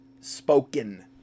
spoken